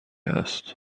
هست